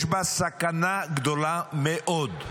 יש בה סכנה גדולה מאוד.